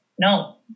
No